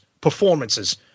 performances